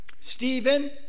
Stephen